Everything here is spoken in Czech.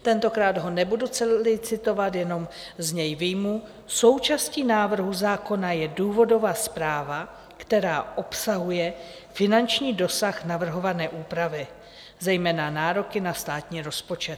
Tentokrát ho nebudu celý citovat, jenom z něj vyjmu: Součástí návrhu zákona je důvodová zpráva, která obsahuje finanční dosah navrhované úpravy, zejména nároky na státní rozpočet.